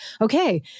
okay